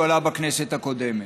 כשהוא עלה בכנסת הקודמת.